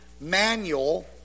Manual